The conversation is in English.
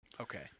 Okay